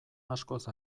askoz